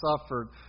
suffered